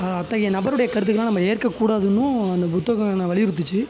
அத்தகைய நபருடைய கருத்துக்களை நாம் ஏற்கக்கூடாதுன்னும் அந்த புத்தகம் என்னை வலியுறுத்துச்சு